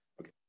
Okay